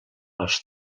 als